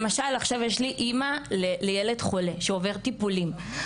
למשל, עכשיו יש לי אימא לילד חולה שעובר טיפולים.